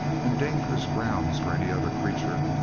and dangerous ground for any other creature,